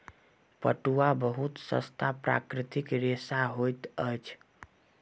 पटुआ बहुत सस्ता प्राकृतिक रेशा होइत अछि